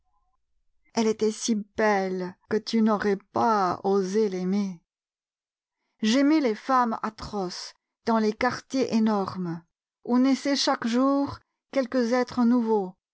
elle était si belle que tu n'aurais pas osé l'aimer j'aimais les femmes atroces dans les quartiers énormes où naissaient chaque jour quelques êtres nouveaux